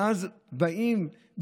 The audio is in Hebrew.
ואז הם באים,